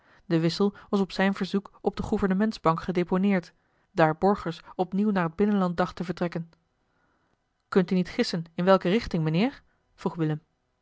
de wissel was op zijn verzoek op de gouvernementsbank gedeponeerd daar borgers opnieuw naar het binnenland dacht te vertrekken eli heimans willem roda kunt u niet gissen in welke richting mijnheer vroeg willem